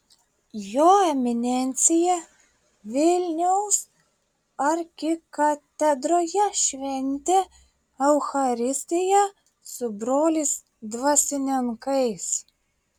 jo eminencija vilniaus arkikatedroje šventė eucharistiją su broliais dvasininkais